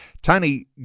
Tony